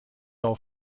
auf